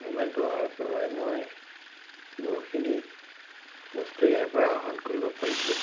মোবাইলটো অহাৰ পৰাই মই বহুখিনি বস্তু ইয়াৰ পৰা আহৰণ কৰিব পাৰিছোঁ